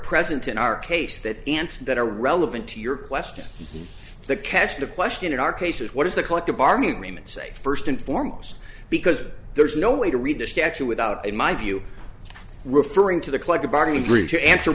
present in our case that and that are relevant to your question the cast of question in our case is what is the collective bargaining agreement say first and foremost because there is no way to read the statute without in my view referring to the collective bargaining bridge to answer